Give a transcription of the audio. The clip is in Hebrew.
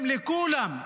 ושילם לכולם.